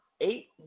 eight